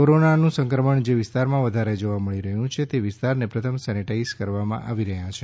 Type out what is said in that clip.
કોરોનાનું સંક્રમણ જે વિસ્તારમાં વધારે જોવા મળી રહ્યું છે તે વિસ્તારોને પ્રથમ સેનેટાઇઝ કરવામાં આવી રહ્યા છે